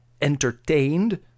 entertained